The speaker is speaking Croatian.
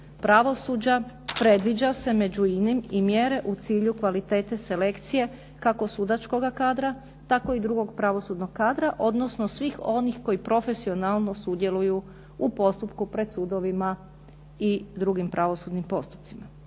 pravosuđa predviđa se među inim i mjere u cilju kvalitete selekcije kako sudačkoga kadra tako i drugog pravosudnog kadra, odnosno svih onih koji profesionalno sudjeluju u postupku pred sudovima i drugim pravosudnim postupcima.